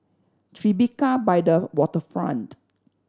Tribeca by the Waterfront